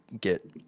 get